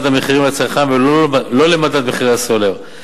המחירים לצרכן ולא למדד מחירי הסולר,